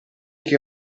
che